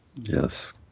Yes